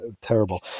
terrible